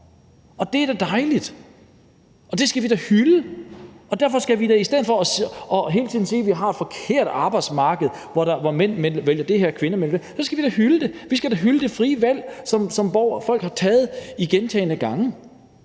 år. Det er da dejligt, og det skal vi da hylde. I stedet for hele tiden at sige, at vi har et forkert arbejdsmarked, hvor mænd vælger noget og kvinder vælger noget andet, skal vi da hylde det. Vi skal hylde det frie valg, som folk har taget gentagne gange.